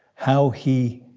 how he